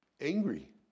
angry